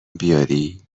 بیاری